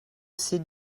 ces